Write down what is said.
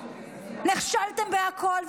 נכשלתם בכול.